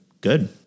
good